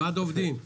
ועד עובדים.